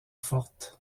forte